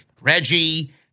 Reggie